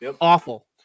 Awful